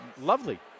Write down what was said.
lovely